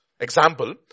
Example